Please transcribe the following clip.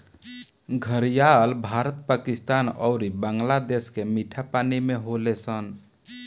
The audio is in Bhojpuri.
घड़ियाल भारत, पाकिस्तान अउरी बांग्लादेश के मीठा पानी में होले सन